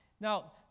Now